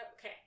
Okay